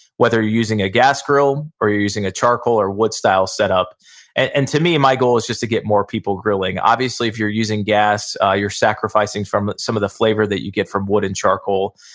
whether you're using a gas grill or you're using a charcoal, or wood style set up and to me, my goal is just to get more people grilling. obviously, if you're using gas, ah you're sacrificing from some of the flavor that you get from wood and charcoal,